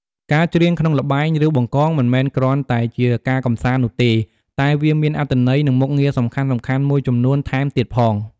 ការច្រៀងក្នុងល្បែង រាវបង្កង មិនមែនគ្រាន់តែជាការកម្សាន្តនោះទេ តែវាមានអត្ថន័យ និងមុខងារសំខាន់ៗមួយចំនួនថែមទៀតផង។